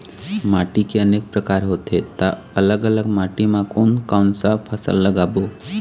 माटी के अनेक प्रकार होथे ता अलग अलग माटी मा कोन कौन सा फसल लगाबो?